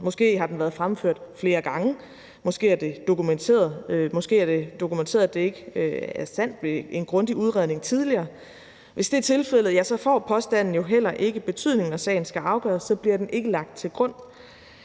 Måske har den været fremført flere gange, måske er det dokumenteret, at det ikke er sandt, ved en grundig udredning tidligere. Hvis det er tilfældet, får påstanden jo heller ikke betydning, når sagen skal afgøres. Så bliver den ikke lagt til grund.